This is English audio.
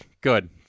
good